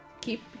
keep